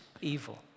evil